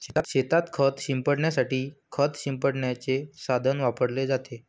शेतात खत शिंपडण्यासाठी खत शिंपडण्याचे साधन वापरले जाते